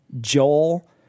Joel